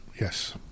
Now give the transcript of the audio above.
Yes